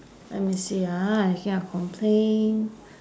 let me see ah making a complaint